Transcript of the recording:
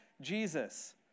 Jesus